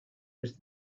was